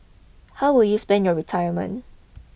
how will you spend your retirement